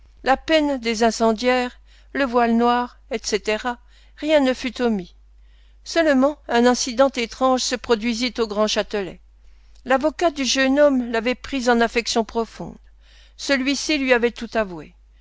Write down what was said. la peine des incendiaires le voile noir etc rien ne fut omis seulement un incident étrange se produisit au grand châtelet l'avocat du jeune homme l'avait pris en affection profonde celui-ci lui avait tout avoué